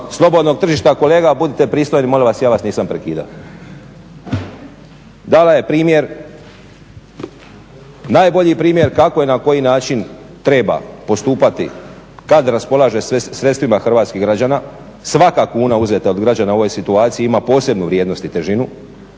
se ne čuje./… … Kolega budite pristojni, molim vas, ja vas nisam prekidao. Dala je primjer, najbolji primjer kako i na koji način treba postupati kada raspolaže sredstvima hrvatskih građama, svaka kuna uzeta od građana u ovoj situaciji ima posebnu vrijednost i težinu.